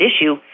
issue